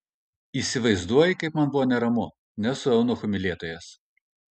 įsivaizduoji kaip man buvo neramu nesu eunuchų mylėtojas